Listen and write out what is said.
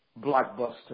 blockbuster